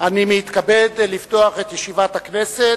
אני מתכבד לפתוח את ישיבת הכנסת,